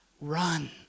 run